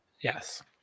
yes